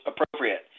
appropriate